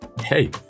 hey